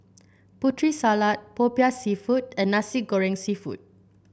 Putri Salad popiah seafood and Nasi Goreng seafood